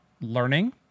learning